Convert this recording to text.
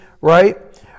right